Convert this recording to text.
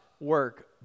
work